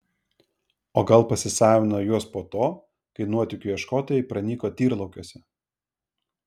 o gal pasisavino juos po to kai nuotykių ieškotojai pranyko tyrlaukiuose